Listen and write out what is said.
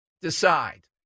decide